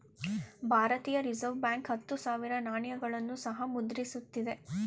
ಭಾರತೀಯ reserve bank ಹತ್ತು ರೂಪಾಯಿ ನಾಣ್ಯಗಳನ್ನು ಸಹ ಮುದ್ರಿಸುತ್ತಿದೆ